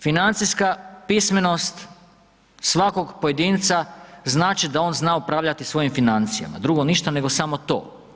Financijska pismenost svakog pojedinca znači da on zna upravljati svojim financijama, drugo ništa nego samo to.